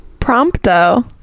prompto